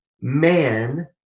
man